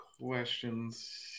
questions